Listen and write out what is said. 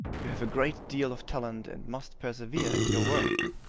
you have a great deal of talent, and must persevere in your work.